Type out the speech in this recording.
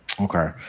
Okay